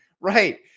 right